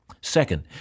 Second